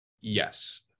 Yes